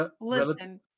Listen